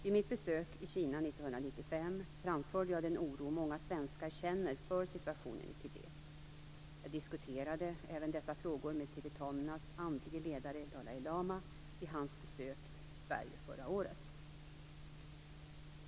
Vid mitt besök i Kina 1995 framförde jag den oro som många svenskar känner för situationen i Tibet. Jag diskuterade även dessa frågor med tibetanernas andlige ledare Dalai lama vid hans besök i Sverige förra året.